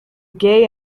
gay